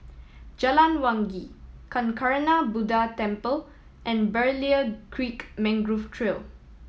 Jalan Wangi Kancanarama Buddha Temple and Berlayer Creek Mangrove Trail